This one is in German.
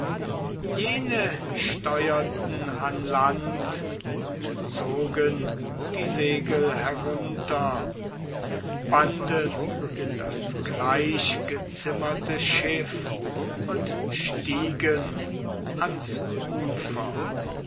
jene steurten an land und zogen die segel herunter banden das gleichgezimmerte schiff und stiegen ans ufer